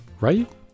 right